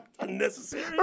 Unnecessary